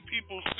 people